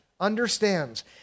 understands